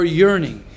yearning